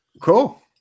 cool